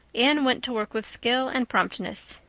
anne went to work with skill and promptness.